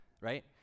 right